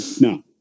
No